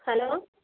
hello